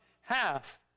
half